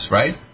right